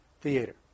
Theater